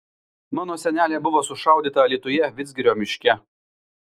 mano senelė buvo sušaudyta alytuje vidzgirio miške